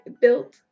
built